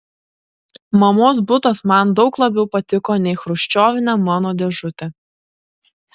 mamos butas man daug labiau patiko nei chruščiovinė mano dėžutė